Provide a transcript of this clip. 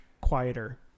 quieter